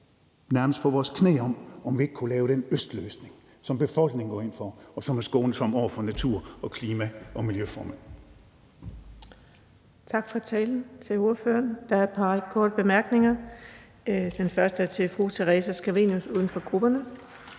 nærmest på vores knæ om, om vi ikke kunne lave den østløsning, som befolkningen går ind for, og som er skånsom over for natur, klima og miljø. Formand.